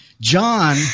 John